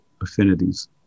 affinities